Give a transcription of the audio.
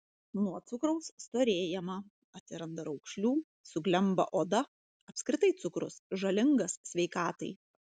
nuo cukraus storėjama atsiranda raukšlių suglemba oda apskritai cukrus žalingas sveikatai